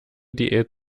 diät